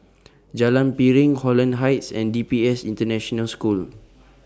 Jalan Piring Holland Heights and D P S International School